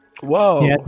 Whoa